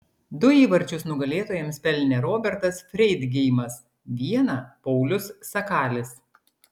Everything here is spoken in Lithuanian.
du įvarčius nugalėtojams pelnė robertas freidgeimas vieną paulius sakalis